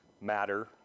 matter